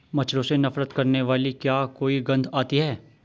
मच्छरों से नफरत करने वाली क्या कोई गंध आती है?